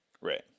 right